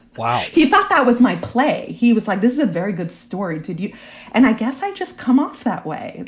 wow. he thought that was my play. he was like, this is a very good story. did you and i guess i just come off that way.